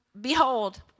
behold